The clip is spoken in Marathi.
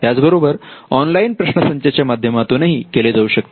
त्याच बरोबर ऑनलाइन प्रश्नसंचाच्या माध्यमातून ही केले जाऊ शकते